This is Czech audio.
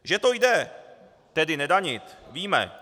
Že to jde tedy nedanit víme.